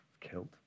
killed